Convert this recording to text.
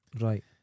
Right